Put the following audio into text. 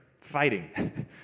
fighting